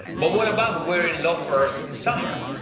but, what about wearing loafers in summer?